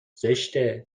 زشته